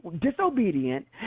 disobedient